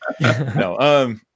no